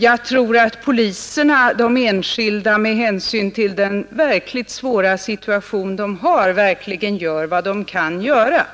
Jag tror också att de enskilda poliserna med hänsyn till den verkligt svåra situation de har gör vad de kan göra.